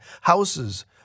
Houses